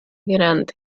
grande